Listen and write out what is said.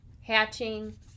hatching